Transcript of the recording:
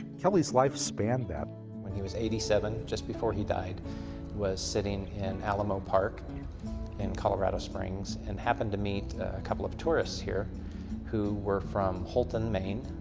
kelley's life spanned that. when he was eighty seven, just before he died, he was sitting in alamo park in colorado springs and happened to meet a couple of tourists here who were from houlton, maine.